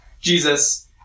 Jesus